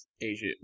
Asia